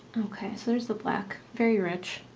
okay, so there's the black, very rich.